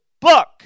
book